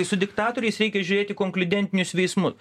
su diktatoriais reikia žiūrėti konkliudentinius veiksmus